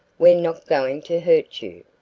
we're not going to hurt you.